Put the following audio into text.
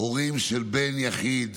הורים של בן יחיד,